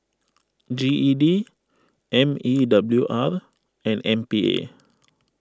G E D M E W R and M P A